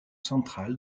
central